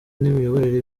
n’imiyoborere